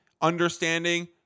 understanding